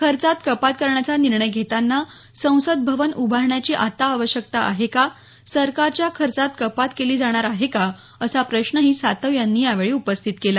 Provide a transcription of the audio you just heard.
खर्चात कपात करण्याचा निर्णय घेताना संसद भवन उभारण्याची आता आवश्यकता आहे का सरकारच्या खर्चात कपात केली जाणार आहे का असा प्रश्नही सातव यांनी यावेळी उपस्थित केला